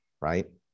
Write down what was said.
right